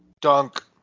Dunk